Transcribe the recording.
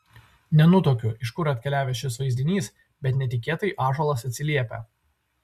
nenutuokiu iš kur atkeliavęs šis vaizdinys bet netikėtai ąžuolas atsiliepia